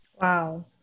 Wow